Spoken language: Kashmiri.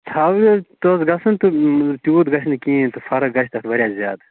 ژھاوٕلۍ حظ کٔژ گژھَن تہٕ تیٛوٗت گژھِ نہٕ کِہیٖنٛۍ تہِ فرق گژھِ تَتھ واریاہ زیادٕ